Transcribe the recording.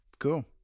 Cool